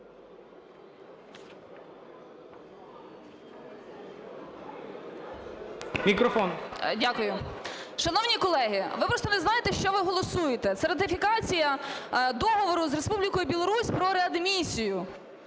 С.А. Шановні колеги, ви просто не знаєте, що ви голосуєте. Це ратифікація Договору з Республікою Білорусь про реадмісію.